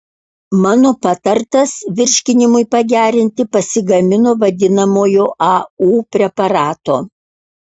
mano patartas virškinimui pagerinti pasigamino vadinamojo au preparato